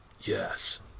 Yes